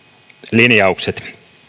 linjaukset